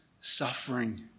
suffering